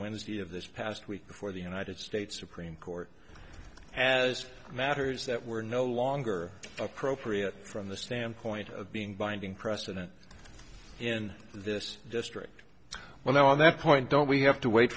wednesday of this past week before the united states supreme court as matters that were no longer appropriate from the standpoint of being binding precedent in this district well now on that point don't we have to wait